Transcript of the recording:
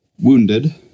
wounded